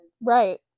Right